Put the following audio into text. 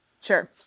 Sure